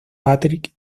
patrick